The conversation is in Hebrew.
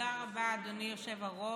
תודה רבה, אדוני היושב-ראש.